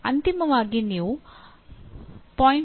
ಅಂತಿಮವಾಗಿ ನೀವು 0